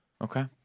Okay